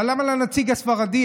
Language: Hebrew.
אבל למה לנציג הספרדי,